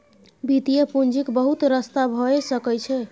वित्तीय पूंजीक बहुत रस्ता भए सकइ छै